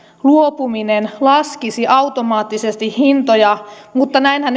luopuminen laskisi automaattisesti hintoja mutta näinhän